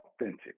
authentic